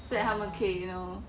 所以他们可以 you know